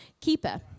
keeper